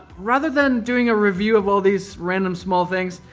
rather than doing a review of all these random small things,